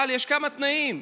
אבל יש כמה תנאים: